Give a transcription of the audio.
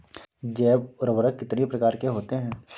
जैव उर्वरक कितनी प्रकार के होते हैं?